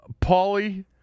Pauly